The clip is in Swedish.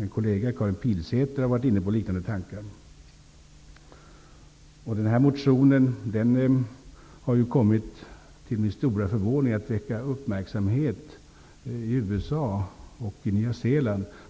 en kollega, Karin Pilsäter, har varit inne på liknande tankar. Denna motion har till min stora förvåning kommit att väcka uppmärksamhet i USA och i Nya Zeeland.